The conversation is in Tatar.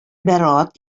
бәраәт